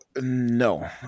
no